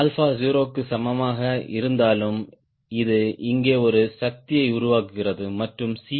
alpha 0 க்கு சமமாக இருந்தாலும் அது இங்கே ஒரு சக்தியை உருவாக்குகிறது மற்றும் C